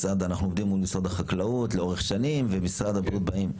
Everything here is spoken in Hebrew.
אנחנו עובדים מול משרד החקלאות לאורך שנים ומשרד הבריאות באים.